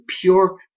pure